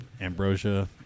Ambrosia